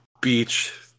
beach